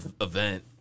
event